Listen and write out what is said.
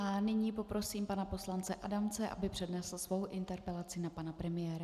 Nyní poprosím pana poslance Adamce, aby přednesl svou interpelaci na pana premiéra.